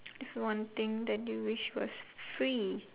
is one thing that you wish was free